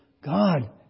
God